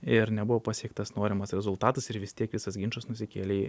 ir nebuvo pasiektas norimas rezultatas ir vis tiek visas ginčas nusikėlė